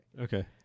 Okay